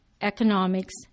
economics